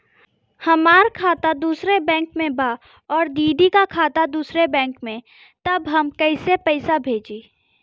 हमार खाता दूसरे बैंक में बा अउर दीदी का खाता दूसरे बैंक में बा तब हम कैसे पैसा भेजी?